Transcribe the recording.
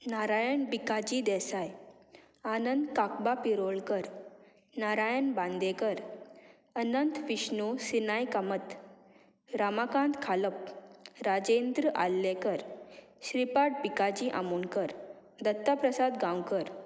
Narayan Bikaji Desai Anand Kakba Pirolkar Narayan Bandekar Anant Vishnu Sinai Kamat Ramakant Khalap Rajendra Arlekar Shripad Bikaji Amkar Datta Prasad Gaonkar